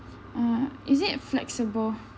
uh is it flexible